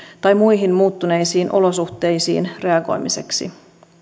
tai muihin muuttuneisiin olosuhteisiin reagoimiseksi